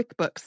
QuickBooks